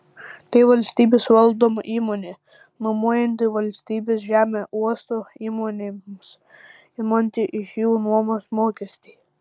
tai valstybės valdoma įmonė nuomojanti valstybės žemę uosto įmonėms imanti iš jų nuomos mokestį